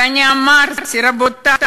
ואני אמרתי: רבותי,